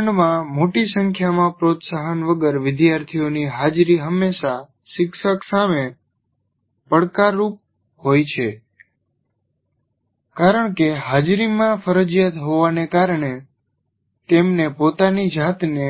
વર્ગખંડમાં મોટી સંખ્યામાં પ્રોત્સાહન વગર વિદ્યાર્થીઓની હાજરી હંમેશા શિક્ષક સામે પડકારરૂપ હોય છે કારણ કે હાજરીમાં ફરજિયાત હોવાને કારણે તેમને પોતાની જાતને